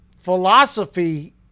philosophy